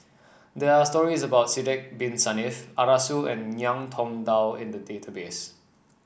there are stories about Sidek Bin Saniff Arasu and Ngiam Tong Dow in the database